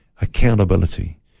accountability